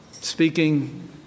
speaking